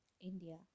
India